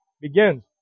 begins